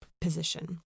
position